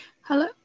Hello